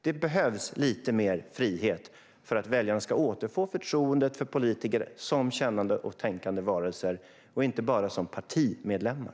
Det behövs lite mer frihet för att väljarna ska återfå förtroendet för politiker som kännande och tänkande varelser och inte bara som partimedlemmar.